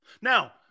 Now